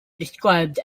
described